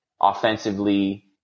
offensively